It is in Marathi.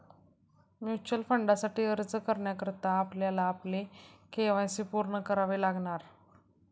म्युच्युअल फंडासाठी अर्ज करण्याकरता आपल्याला आपले के.वाय.सी पूर्ण करावे लागणार